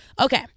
okay